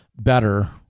better